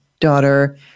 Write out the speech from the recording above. daughter